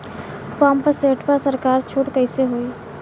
Pump set पर सरकार छूट कईसे होई?